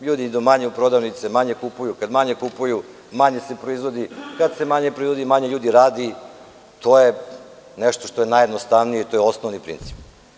Ljudi idu manje u prodavnice, manje kupuju, kad manje kupuju, manje se proizvodi, kad se manje proizvodi, manje ljudi radi, to je nešto što je najjednostavnije, to je osnovni princip.